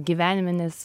gyvenime nes